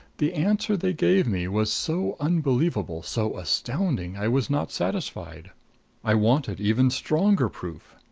the answer they gave me was so unbelievable, so astounding, i was not satisfied i wanted even stronger proof.